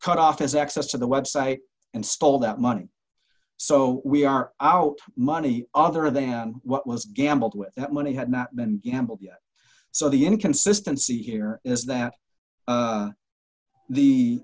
cut off his access to the website and stole that money so we are out money other than what was gambled with the money had not been gambled so the inconsistency here is that